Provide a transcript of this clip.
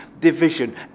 Division